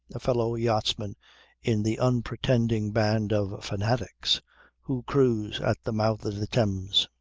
a fellow yachtsman in the unpretending band of fanatics who cruise at the mouth of the thames.